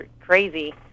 crazy